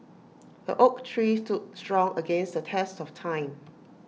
the oak tree stood strong against the test of time